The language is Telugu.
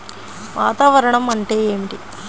వాతావరణం అంటే ఏమిటి?